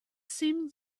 seemed